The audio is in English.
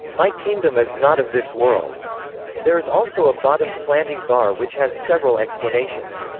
my kingdom is not of this world there is also a bottom slanting bar which has several explanations.